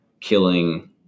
killing